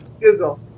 Google